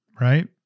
right